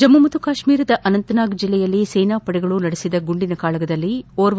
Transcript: ಜಮ್ನ ಮತ್ತು ಕಾಶ್ವೀರದ ಅನಂತನಾಗ್ ಜಿಲ್ಲೆಯಲ್ಲಿ ಸೇನಾಪಡೆಗಳು ನಡೆಸಿದ ಗುಂಡಿನ ಕಾಳಗದಲ್ಲಿ ಓರ್ವ